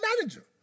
manager